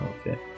Okay